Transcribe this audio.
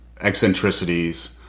eccentricities